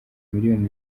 miliyoni